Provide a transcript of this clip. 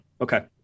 okay